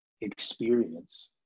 experience